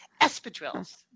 espadrilles